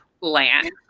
land